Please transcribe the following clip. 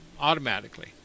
automatically